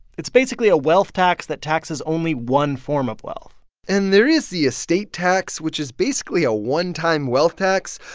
it's basically a wealth tax that taxes only one form of wealth and there is the estate tax, which is basically a one-time wealth tax,